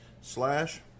Slash